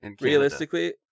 realistically